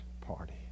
party